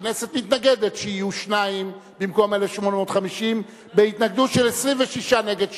הכנסת מתנגדת שיהיו שניים במקום 1,850 בהתנגדות של 26 נגד שניים.